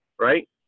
right